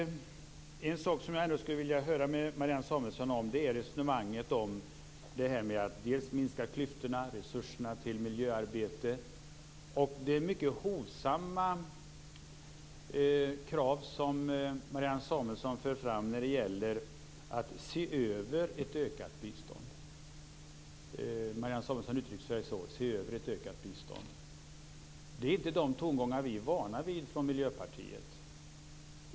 En sak som jag skulle vilja fråga Marianne Samuelsson om gäller resonemanget om en minskning av klyftorna och resonemanget om resurserna till miljöarbetet. Det är mycket hovsamma krav som Marianne Samuelsson för fram när det gäller att se över ett ökat bistånd. Hon uttryckte sig så, att man skulle se över ett ökat bistånd. Det är inte de tongångar som vi är vana vid från Miljöpartiet.